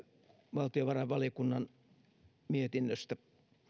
valtiovarainvaliokunnan mietinnöstä